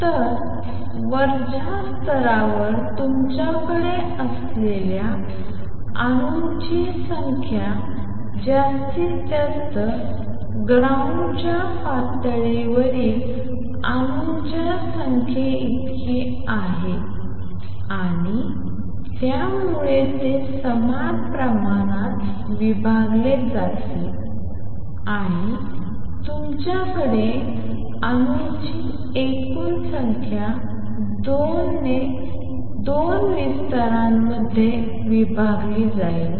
तर वरच्या स्तरावर तुमच्याकडे असलेल्या अणूंची जास्तीत जास्त संख्या ग्राउंड च्या पातळीवरील अणूंच्या संख्येइतकी आहे आणि त्यामुळे ते समान प्रमाणात विभागले जातील आणि तुमच्याकडे अणूंची एकूण संख्या 2 ने 2 स्तरांमध्ये विभागली जाईल